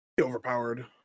Overpowered